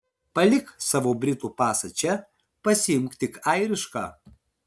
palik savo britų pasą čia pasiimk tik airišką